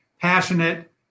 passionate